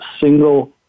single